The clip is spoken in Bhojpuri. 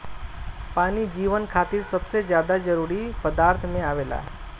पानी जीवन खातिर सबसे ज्यादा जरूरी पदार्थ में आवेला